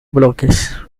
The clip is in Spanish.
bloques